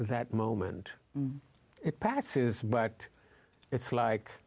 that moment it passes but it's like